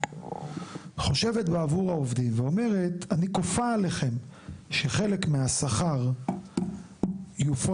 חושבת בעבור העובדים ואומרת אני כופה עליכם שחלק מהשכר יופרש